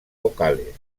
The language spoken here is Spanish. vocales